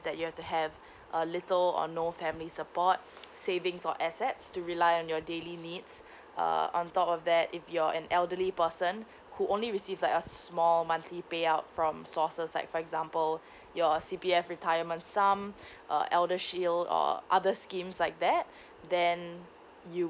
that you have to have uh little or no family support savings or assets to rely on your daily needs uh on top of that if you're an elderly person who only receive like a small monthly payout from sources like for example your C_P_F retirement sum uh elder shield or other schemes like that then you